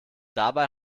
dabei